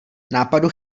nápadu